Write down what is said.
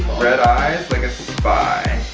red eyes like a spy.